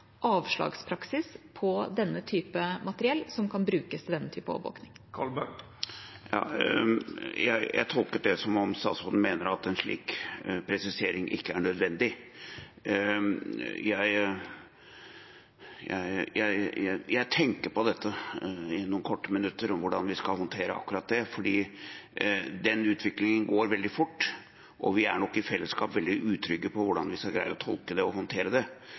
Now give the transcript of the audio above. avslagspraksis på denne type materiell som kan brukes til denne typen overvåkning. Jeg tolket det som om statsråden mener at en slik presisering ikke er nødvendig. Jeg tenker på dette i noen korte minutter og hvordan vi skal håndtere akkurat det, fordi den utviklingen går veldig fort, og vi er nok i fellesskap veldig utrygge på hvordan vi skal greie å tolke det og håndtere det.